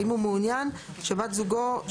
האם הוא מעוניין שבת זוגו,